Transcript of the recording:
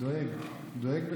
דואג, דואג בצדק.